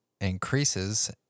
increases